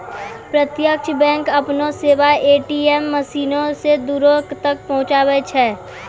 प्रत्यक्ष बैंक अपनो सेबा ए.टी.एम मशीनो से दूरो तक पहुचाबै छै